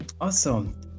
awesome